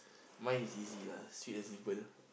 mine is easy lah sweet and simple